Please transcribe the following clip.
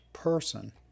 person